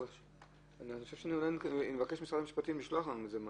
אני אבקש ממשרד המשפטים לשלוח לנו את זה.